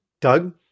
Doug